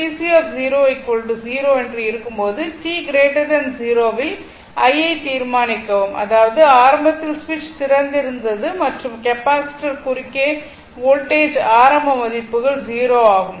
VC 0 0 என்று இருக்கும் போது t 0 இல் i ஐ தீர்மானிக்கவும் அதாவது ஆரம்பத்தில் சுவிட்ச் திறந்திருந்தது மற்றும் கெப்பாசிட்டர் குறுக்கே வோல்டேஜ் ஆரம்ப மதிப்புகள் 0 ஆகும்